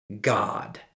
God